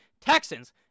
Texans